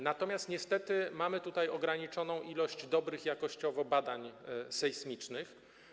Niestety mamy tutaj ograniczoną ilość dobrych jakościowo badań sejsmicznych.